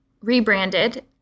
rebranded